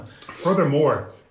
Furthermore